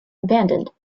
abandoned